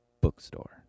bookstore